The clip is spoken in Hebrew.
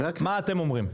מה אתם אומרים?